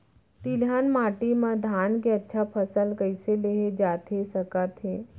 तिलहन माटी मा धान के अच्छा फसल कइसे लेहे जाथे सकत हे?